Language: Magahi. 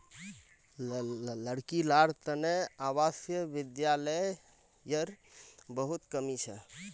लड़की लार तने आवासीय विद्यालयर बहुत कमी छ